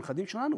בנכדים שלנו,